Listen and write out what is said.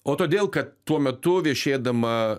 o todėl kad tuo metu viešėdama